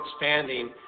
expanding